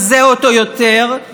במאמץ משותף,